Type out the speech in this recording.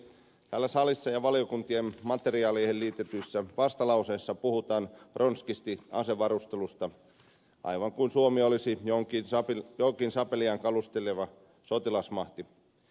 täällä salissa ja valiokuntien materiaaleihin liitetyissä vastalauseissa puhutaan ronskisti asevarustelusta aivan kuin suomi olisi jokin sapeliaan kalisteleva sotilasmahti